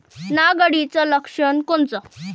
नाग अळीचं लक्षण कोनचं?